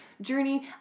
journey